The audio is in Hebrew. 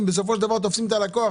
הם בסופו של דבר גם תופסים את הלקוח.